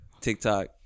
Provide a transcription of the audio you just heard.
TikTok